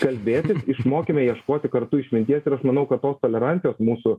kalbėtis išmokime ieškoti kartu išminties ir aš manau kad tos tolerancijos mūsų